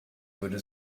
würde